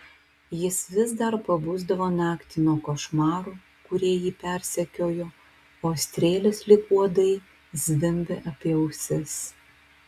jis vis dar pabusdavo naktį nuo košmarų kurie jį persekiojo o strėlės lyg uodai zvimbė apie ausis